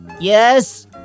Yes